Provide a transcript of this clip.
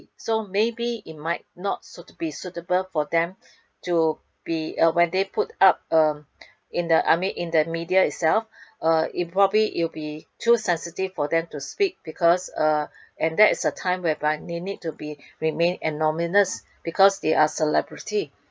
so maybe it might not be suitable for them to be when they put up um in the I mean in the media itself uh it probably it would be too sensitive for them to speak because uh and that is a time whereby they need to be remain anonymous because they are celebrity